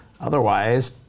Otherwise